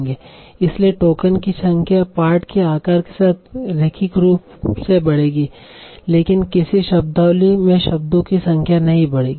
इसलिए टोकन की संख्या पाठ के आकार के साथ रैखिक रूप से बढ़ेगी लेकिन किसी शब्दावली में शब्दों की संख्या नहीं बढेगी